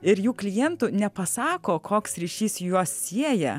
ir jų klientų nepasako koks ryšys juos sieja